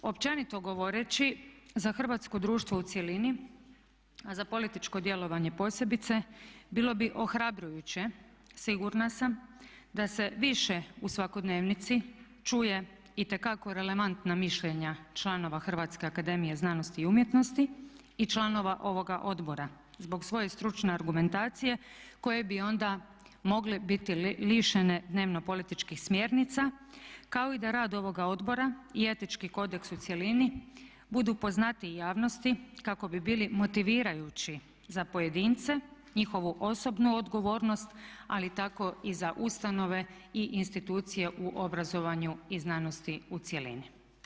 Općenito govoreći za hrvatsko društvo u cjelini, a za političko djelovanje posebice bilo bi ohrabrujuće sigurna sam da se više u svakodnevnici čuje itekako relevantna mišljenja članova Hrvatske akademije znanosti i umjetnosti i članova ovoga odbor zbog svoje stručne argumentacije koje bi onda mogle biti lišene dnevno-političkih smjernica kao i da rad ovoga odbora i etički kodeks u cjelini budu poznatiji javnosti kako bi bili motivirajući za pojedince, njihovu osobnu odgovornost, ali tako i za ustanove i institucije u obrazovanju i znanosti u cjelini.